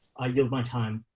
i yield my time.